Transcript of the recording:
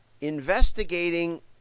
investigating